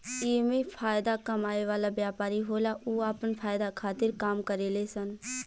एमे फायदा कमाए वाला व्यापारी होला उ आपन फायदा खातिर काम करेले सन